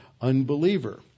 unbeliever